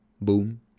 boom